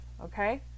Okay